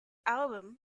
album